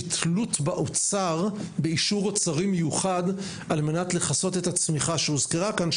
תלות באוצר באישור אוצרי מיוחד על מנת לכסות את הצמיחה שהוזכרה כאן,